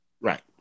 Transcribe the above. Right